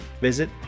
Visit